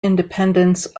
independence